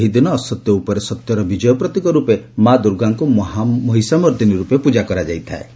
ଏହି ଦିନ ଅସତ୍ୟ ଉପରେ ସତ୍ୟର ବିଜୟ ପ୍ରତୀକ ରୂପେ ମା' ଦୁର୍ଗାଙ୍କୁ ମହିଷାମର୍ଦ୍ଦିନୀ ରୂପେ ପ୍ରଜା କରାଯାଇଥାଏ